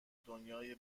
دنیایی